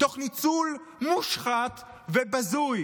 תוך ניצול מושחת ובזוי